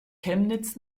chemnitz